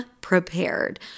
prepared